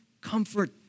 comfort